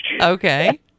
Okay